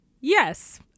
Yes